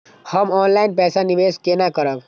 हम ऑनलाइन पैसा निवेश केना करब?